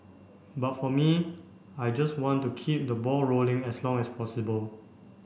but for me I just want to keep the ball rolling as long as possible